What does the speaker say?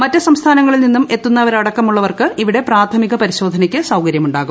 മറ്റ് സംസ്ഥാനങ്ങളിൽ നിന്നും എത്തുന്നവരടക്കമുള്ളവർക്ക് ക്ക് പിടെ പ്രാഥമിക പരിശോധനയ്ക്ക് സൌകര്യമുണ്ടായിരിക്കും